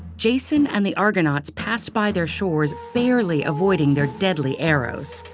jason and the argonauts passed by their shores, barely avoiding their deadly arrows.